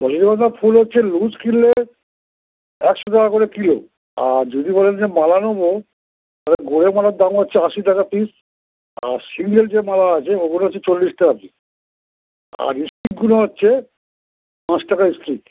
আসল কথা ফুল হচ্ছে লুস কিনলে একশো টাকা করে কিলো আর যদি বলেন যে মালা নোবো তাহলে গোড়ের মালার দাম হচ্ছে আশি টাকা পিস আর সিঙ্গেল যে মালা আছে ওগুলো হচ্ছে চল্লিশ টাকা পিস আর স্টিকগুলো হচ্ছে পাঁচ টাকা স্টিক